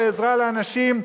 בעזרה לאנשים,